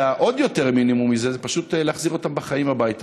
ועוד יותר מינימום מזה זה פשוט להחזיר אותם בחיים הביתה.